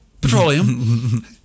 Petroleum